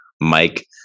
Mike